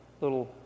little